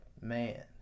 man